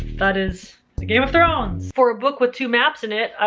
that is a game of thrones! for a book with two maps in it,